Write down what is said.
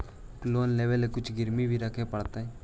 Loan लेबे ल कुछ गिरबी भी रखे पड़तै का?